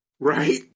Right